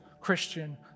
Christian